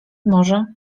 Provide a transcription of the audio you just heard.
może